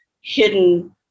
hidden